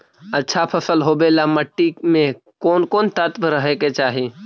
अच्छा फसल होबे ल मट्टी में कोन कोन तत्त्व रहे के चाही?